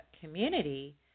community